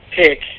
pick